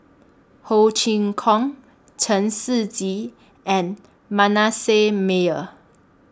Ho Chee Kong Chen Shiji and Manasseh Meyer